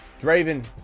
Draven